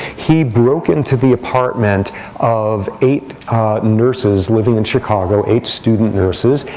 he broke into the apartment of eight nurses living in chicago, eight student nurses,